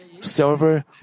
silver